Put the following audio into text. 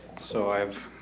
so i've